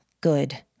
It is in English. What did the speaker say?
Good